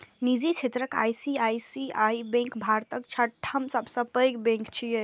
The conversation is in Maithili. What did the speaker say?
निजी क्षेत्रक आई.सी.आई.सी.आई बैंक भारतक छठम सबसं पैघ बैंक छियै